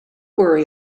worry